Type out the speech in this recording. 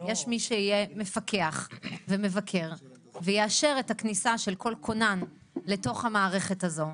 יש מי שיהיה מפקח ומבקר ויאשר את הכניסה של כל כונן לתוך המערכת הזו.